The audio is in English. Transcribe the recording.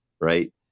right